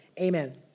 amen